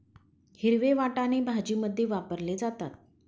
हिरवे वाटाणे भाजीमध्ये वापरले जातात